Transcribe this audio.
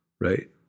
right